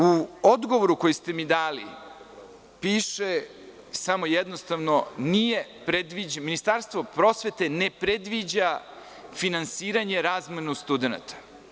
U odgovoru koji ste mi dali piše samo jednostavno: Ministarstvo prosvete ne predviđa finansiranje razmene studenata.